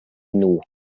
nhw